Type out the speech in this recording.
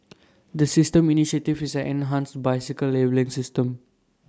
the system initiative is an enhanced bicycle labelling system